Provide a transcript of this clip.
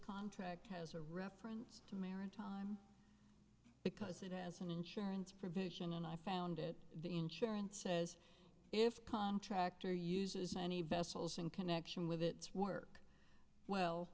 contract has a reference to maritime because it has an insurance provision and i found it the insurance says if contractor uses any vessels in connection with it work well